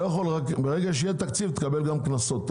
ברגע שיהיה תקציב תקבל גם קנסות,